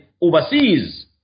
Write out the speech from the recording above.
overseas